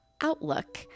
outlook